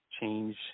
change